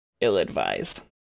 ill-advised